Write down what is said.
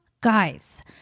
guys